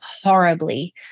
horribly